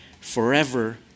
forever